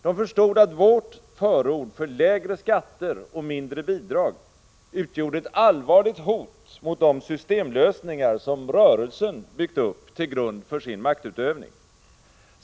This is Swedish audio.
De förstod att vårt förord för lägre skatter och mindre bidrag utgjorde ett allvarligt hot mot de systemlösningar som ”rörelsen” byggt upp till grund för sin maktutövning.